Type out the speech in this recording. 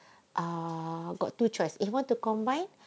err got two choice if want to combine then